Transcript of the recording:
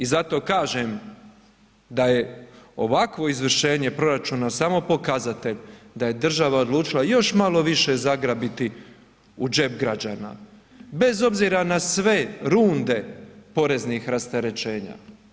I zato kaže da je ovakvo izvršenje proračuna samo pokazatelj da je država odlučila još malo više zagrabiti u džep građana, bez obzira na sve runde poreznih rasterećenja.